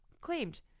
claimed